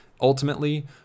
ultimately